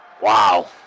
wow